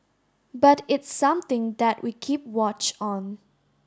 but it's something that we keep watch on